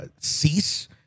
cease